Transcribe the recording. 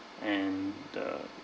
and the